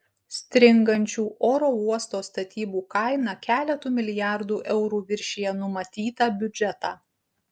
stringančių oro uosto statybų kaina keletu milijardų eurų viršija numatytą biudžetą